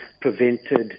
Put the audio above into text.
prevented